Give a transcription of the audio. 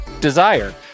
Desire